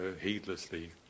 heedlessly